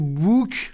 book